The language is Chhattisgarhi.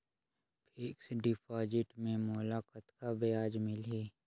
फिक्स्ड डिपॉजिट मे मोला कतका ब्याज मिलही?